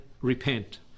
repent